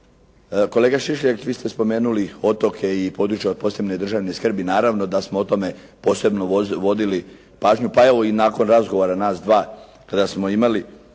Kolega Šišljagić vi ste spomenuli otoke i područja od posebne državne skrbi, naravno da smo o tome posebno vodili pažnju, pa evo i nakon razgovara nas dva kada smo imali